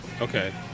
okay